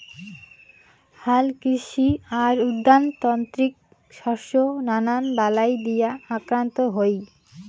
হালকৃষি আর উদ্যানতাত্ত্বিক শস্য নানান বালাই দিয়া আক্রান্ত হই